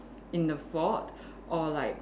in the fault or like